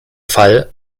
fall